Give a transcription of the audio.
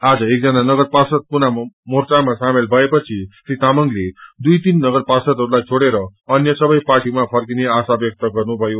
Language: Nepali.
आज एकजना पार्षद पुनः मोर्चामा शामेल भएपछि श्री तामंगले दुई तीन नगर पपार्षदहरूलाई छोडेर अन्य सबै पार्टीमा फर्किने आशा व्यक्त गर्नुभयो